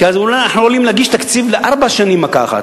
כי אז אולי אנחנו עלולים להגיש תקציב לארבע שנים במכה אחת,